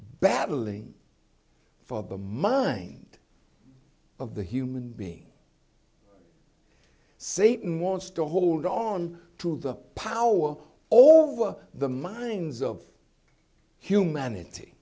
battling for the mind of the human being satan wants to hold on to the power all over the minds of humanity